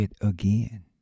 again